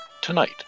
tonight